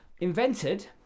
invented